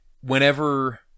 whenever